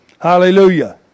Hallelujah